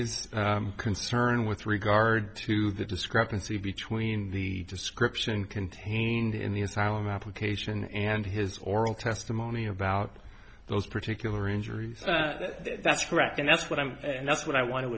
a concern and with regard to the discrepancy between the description contained in the asylum application and his oral testimony about those particular injuries that's correct and that's what i'm and that's what i want to